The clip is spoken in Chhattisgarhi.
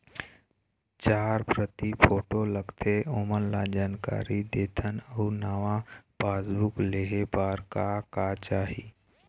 चार प्रति फोटो लगथे ओमन ला जानकारी देथन अऊ नावा पासबुक लेहे बार का का चाही?